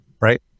right